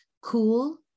cool